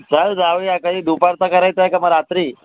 चल जाऊया कधी दुपारचा करायचा आहे का मग रात्री